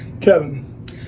Kevin